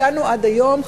הגענו עד היום,